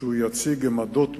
שהוא יציג עמדות משלו,